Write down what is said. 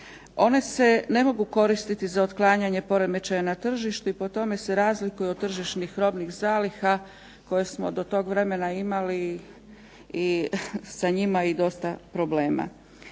One se ne mogu koristiti za otklanjanje poremećaja na tržištu i po tome se razlikuju od tržišnih robnih zaliha koje smo do tog vremena imali i sa njima i dosta problema.